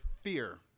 fear